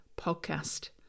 podcast